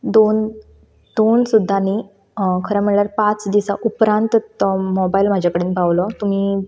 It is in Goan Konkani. दोन दोन सुद्दा न्ही खरें म्हणल्यार पांच दिसा उपरांत तो मोबायल म्हजे कडेन पावलो तुमी